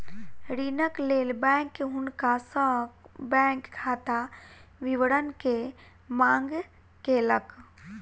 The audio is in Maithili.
ऋणक लेल बैंक हुनका सॅ बैंक खाता विवरण के मांग केलक